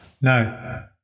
No